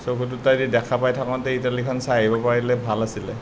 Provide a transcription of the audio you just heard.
চকু দুটাইদি দেখা পাই থাকোতেই ইটালীখন চাই আহিব পাৰিলেই ভাল আছিলে